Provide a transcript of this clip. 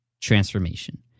transformation